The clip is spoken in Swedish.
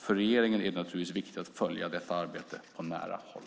För regeringen är det naturligtvis viktigt att följa detta arbete på nära håll.